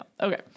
Okay